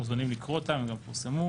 אתם מוזמנים לקרוא אותם, הם גם פורסמו.